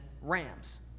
rams